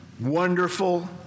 wonderful